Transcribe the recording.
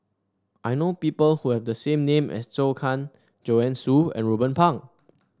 I know people who have the same name as Zhou Can Joanne Soo and Ruben Pang